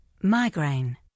migraine